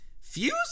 Fuse